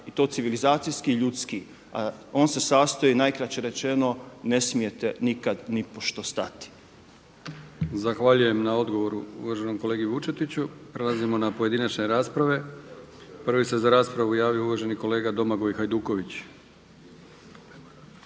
i to civilizacijski, ljudski. On se sastoji najkraće rečeno: Ne smijete nikad nipošto stati! **Brkić, Milijan (HDZ)** Zahvaljujem na odgovoru uvaženom kolegi Vučetiću. Prelazimo na pojedinačne rasprave. Prvi se za raspravu javio uvaženi kolega Domagoj Hajduković.